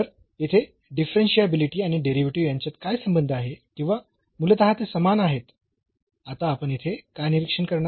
तर येथे डिफरन्शियाबिलिटी आणि डेरिव्हेटिव्ह यांच्यात काय संबंध आहे किंवा मूलतः ते समान आहेत आता आपण येथे काय निरीक्षण करणार